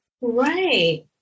Right